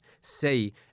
say